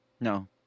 No